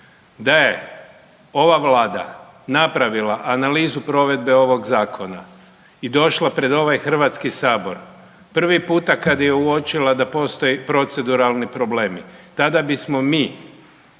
Da je ova Vlada napravila analizu provedbe ovog Zakona i došla pred ovaj HS, prvi puta kad je uočila da postoji proceduralni problemi, tada bismo mi,